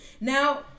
Now